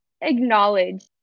acknowledge